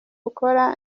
bukora